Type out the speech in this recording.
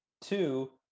Two